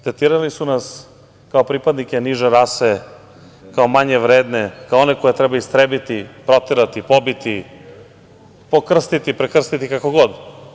Tretirali su nas kao pripadnike niže rase, kao manje vredne, kao one koje treba istrebiti, proterati, pobiti, pokrstiti, prekrstiti, kako god.